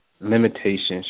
limitations